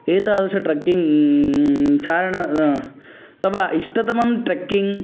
एतादृशं ट्रक्किङ्ग् चारणं तव इष्टतमं ट्रक्किङ्ग्